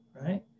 right